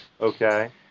Okay